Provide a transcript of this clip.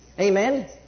Amen